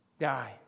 Die